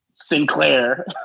Sinclair